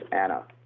Anna